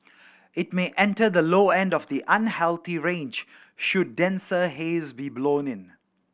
it may enter the low end of the unhealthy range should denser haze be blown in